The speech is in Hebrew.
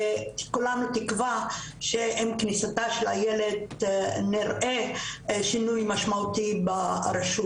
וכולנו תקווה שעם כניסתה של איילת נראה שינוי משמעותי ברשות.